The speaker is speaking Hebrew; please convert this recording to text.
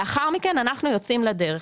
לאחר מכן, אנחנו יוצאים לדרך.